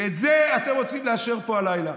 ואת זה אתם רוצים לאשר פה הלילה.